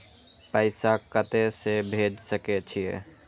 पैसा कते से भेज सके छिए?